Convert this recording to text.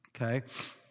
Okay